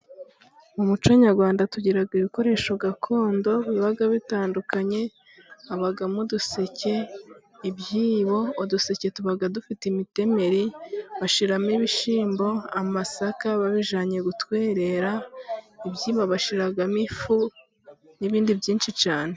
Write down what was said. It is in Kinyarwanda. Mu muco nyarwanda tugira ibikoresho gakondo biba bitandukanye, habamo uduseke, ibyibo, uduseke tuba dufite imitemeri, bashyiramo ibishyimbo, amasaka, babijyanye gutwerera, ibyibo bashyiramo ifu n'ibindi byinshi cyane.